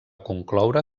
concloure